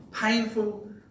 Painful